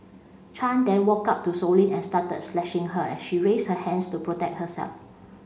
chan then walked up to Sow Lin and started slashing her as she raised her hands to protect herself